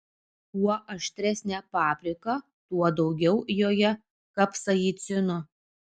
kuo aštresnė paprika tuo daugiau joje kapsaicino